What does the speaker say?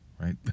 Right